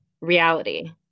reality